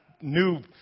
new